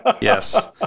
Yes